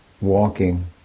walking